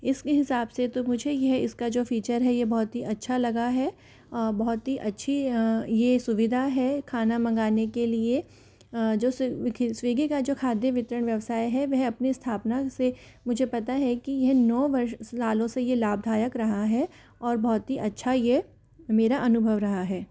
इसके हिसाब से तो मुझे यह इसका जो फ़ीचर है यह बहुत ही अच्छा लगा है बहुत ही अच्छी ये सुविधा है खाना मँगाने के लिए जो स्विग्गी का जो खाद्यवितरण व्यवसाय है वह अपनी स्थापना से मुझे पता है कि यह नौ वर्ष से सालों से यह लाभदायक रहा है और बहुत ही अच्छा यह मेरा अनुभव रहा है